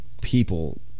people